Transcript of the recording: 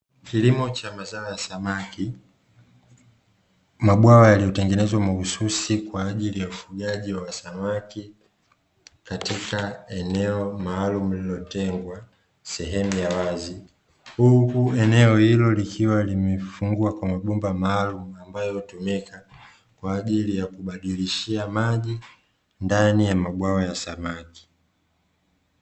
Kilimo cha mazao ya samaki, mabwawa yaliyotengenezwa mahususi kwa ajili ya ufugaji wa samaki katika eneo maalumu lililotengwa sehemu ya wazi, huku eneo hilo likiwa limefungwa kwa mabomba maalumu ambayo hutumika kwa ajili ya kubadilishia maji ndani ya mabwawa ya samaki.